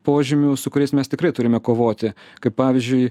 požymių su kuriais mes tikrai turime kovoti kaip pavyzdžiui